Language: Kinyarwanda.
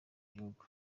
gihugu